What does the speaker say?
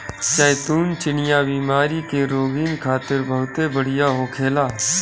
जैतून चिनिया बीमारी के रोगीन खातिर बहुते बढ़िया होखेला